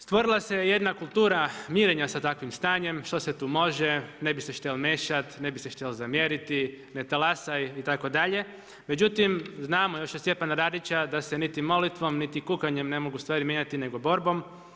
Stvorila se jedna kultura mirenja sa takvim stanjem, što se tu može, ne bi se štel mešat, ne bi se štel zamjeriti, ne talasaj itd., međutim znamo još od Stjepana Radića da se niti molitvom niti kukanjem ne mogu stvari mijenjati nego borbom.